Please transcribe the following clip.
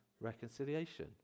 reconciliation